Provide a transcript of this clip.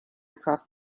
across